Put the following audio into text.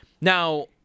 Now